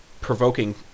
Provoking